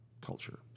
culture